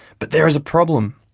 but there's a problem.